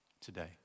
today